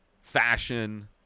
Fashion